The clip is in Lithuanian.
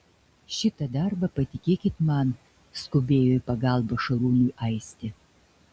šitą darbą patikėkit man skubėjo į pagalbą šarūnui aistė